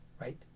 right